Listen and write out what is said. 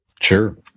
Sure